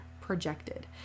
projected